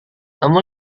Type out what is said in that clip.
kamu